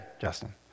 Justin